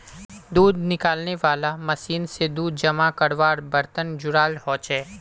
दूध निकालनेवाला मशीन से दूध जमा कारवार बर्तन जुराल होचे